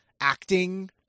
acting